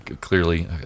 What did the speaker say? clearly